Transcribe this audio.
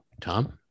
Tom